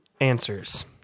answers